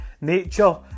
nature